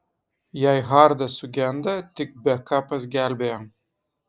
jei hardas sugenda tik bekapas gelbėja